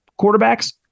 quarterbacks